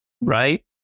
right